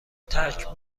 ترک